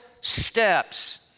steps